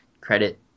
credit